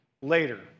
later